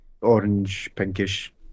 orange-pinkish